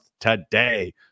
today